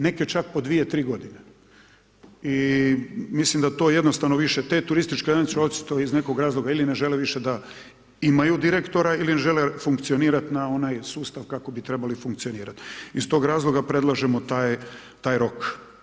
Neki čak i po 2-3 g. i mislim da to jednostavno više, te turističke zajednice očito iz nekog razloga ili ne žele više da imaju direktora ili ne žele funkcionirati na onaj sustav kako bi trebali funkcionirati iz tog razloga predlažemo taj rok.